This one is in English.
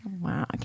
Wow